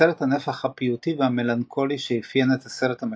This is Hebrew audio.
חסר את הנפח הפיוטי והמלנכולי שאפיין את הסרט המקורי,